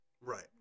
Right